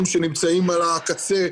שנמצאים על הקצה,